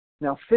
Now